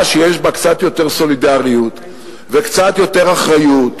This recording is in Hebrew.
שיש בה קצת יותר סולידריות וקצת יותר אחריות,